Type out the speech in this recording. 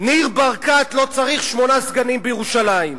ניר ברקת לא צריך שמונה סגנים בירושלים.